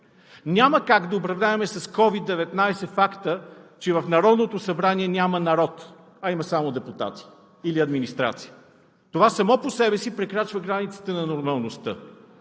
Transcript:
Няма как да управляваме с COVID 19 факта, че в Народното събрание няма народ, а има само депутати или администрация. Това само по себе си прекрачва границите на нормалността.